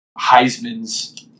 heismans